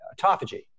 autophagy